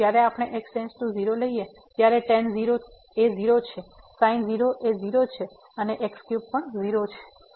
તેથી જ્યારે આપણે x → 0 લઈએ ત્યારે tan 0 એ ૦ છે sin 0 એ ૦ છે અને x3 પણ 0 છે